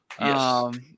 Yes